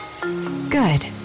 good